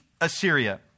Assyria